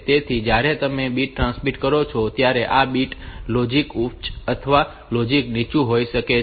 તેથી જ્યારે તમે બીટ ટ્રાન્સમિટ કરો છો ત્યારે આ બીટ લોજીક ઉચ્ચ અથવા લોજીક નીચું હોઈ શકે છે